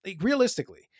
Realistically